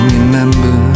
Remember